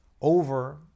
over